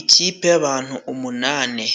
Ikipe y'abantu umunani,